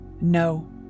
No